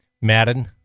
Madden